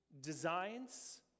designs